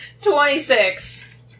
Twenty-six